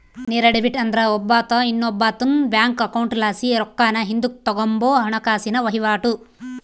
ನೇರ ಡೆಬಿಟ್ ಅಂದ್ರ ಒಬ್ಬಾತ ಇನ್ನೊಬ್ಬಾತುನ್ ಬ್ಯಾಂಕ್ ಅಕೌಂಟ್ಲಾಸಿ ರೊಕ್ಕಾನ ಹಿಂದುಕ್ ತಗಂಬೋ ಹಣಕಾಸಿನ ವಹಿವಾಟು